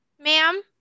ma'am